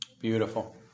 Beautiful